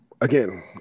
again